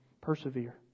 persevere